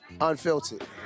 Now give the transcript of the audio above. Unfiltered